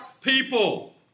people